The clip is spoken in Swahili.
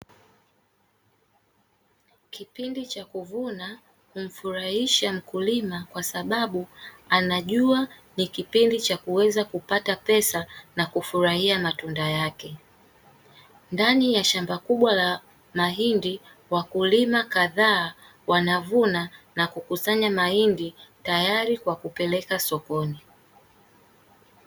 Kipindi cha kuvuna humfurahisha mkulima kwa sababu anajua ni kipindi cha kuweza kupata pesa na kufurahia matunda yake, ndani ya shamba kubwa la mahindi wakulima kadhaa wanavuna na kukusanya mahindi tayari kwa kupeleka sokoni.